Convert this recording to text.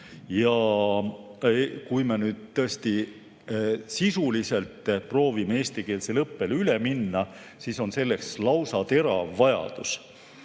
Kui me nüüd tõesti sisuliselt proovime eestikeelsele õppele üle minna, siis on selleks lausa terav vajadus. Aga